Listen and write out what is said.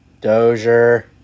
Dozier